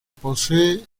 posee